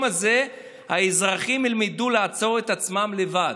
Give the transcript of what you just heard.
הזה האזרחים ילמדו לעצור את עצמם לבד.